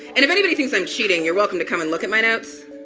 and if anybody thinks i'm cheating, you're welcome to come and look at my notes